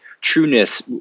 trueness